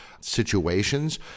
situations